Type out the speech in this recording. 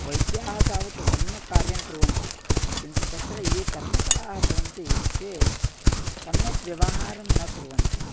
वैद्याः तावत् सम्यक् कार्यं कुर्वन्ति किन्तु तत्र ये कर्मकराः भवन्ति ते सम्यक् व्यवहारं न कुर्वन्ति